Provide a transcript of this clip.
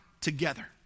together